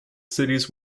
cities